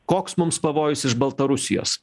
koks mums pavojus iš baltarusijos